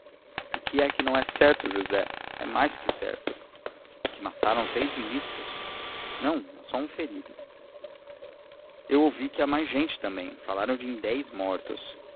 o que é que não é certo josé é mais que certo que mataram três ministros não há só um ferido eu ouvi que mais gente também falaram em dez mortos